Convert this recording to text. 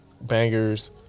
Bangers